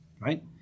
Right